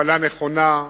בהפעלה נכונה,